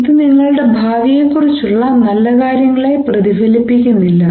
ഇത് നിങ്ങളുടെ ഭാവിയെക്കുറിച്ചുള്ള നല്ല കാര്യങ്ങളെ പ്രതിഫലിപ്പിക്കുന്നില്ല